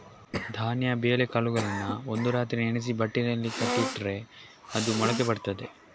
ಧಾನ್ಯ ಬೇಳೆಕಾಳುಗಳನ್ನ ಒಂದು ರಾತ್ರಿ ನೆನೆಸಿ ಬಟ್ಟೆನಲ್ಲಿ ಕಟ್ಟಿ ಇಟ್ರೆ ಅದು ಮೊಳಕೆ ಬರ್ತದೆ